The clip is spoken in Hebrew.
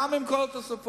גם עם כל התוספות,